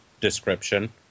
description